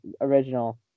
original